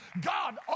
God